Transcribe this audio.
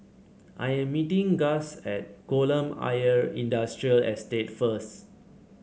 I am meeting Gus at Kolam Ayer Industrial Estate first